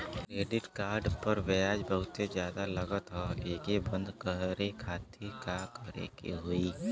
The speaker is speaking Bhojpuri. क्रेडिट कार्ड पर ब्याज बहुते ज्यादा लगत ह एके बंद करे खातिर का करे के होई?